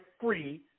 free